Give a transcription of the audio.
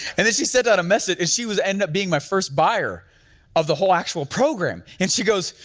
and then she sent out a message and she was ended up being my first buyer of the whole actual program. and she goes,